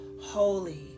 holy